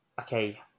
okay